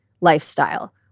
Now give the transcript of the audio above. lifestyle